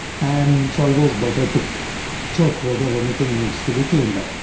and it's always better to check whether anything needs to be cleaned up.